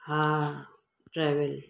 हा ट्रेविल